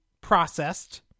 processed